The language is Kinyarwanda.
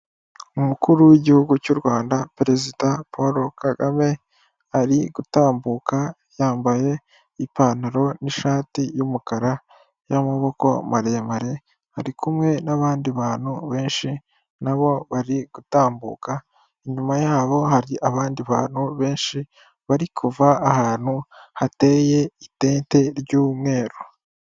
Umukuru w'igihugu cy'U Rwanda Perezida Paul KAGAME, ari gutambuka yambaye ipantaro n'ishati y'umukara y'amaboko maremare, ari kumwe n'abandi bantu benshi nabo bari gutambuka, inyuma yabo har’abandi bantu benshi bari kuv’ahantu hateye itente ry'umweru.